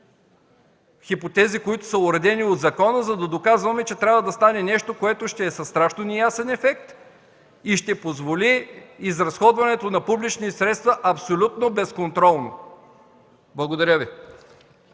хипотези, уредени в закона, за да доказваме, че трябва да стане нещо, което ще е със страшно неясен ефект и ще позволи изразходването на публични средства абсолютно безконтролно. Благодаря Ви.